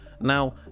Now